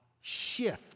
shift